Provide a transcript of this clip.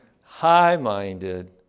High-minded